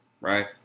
Right